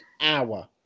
hour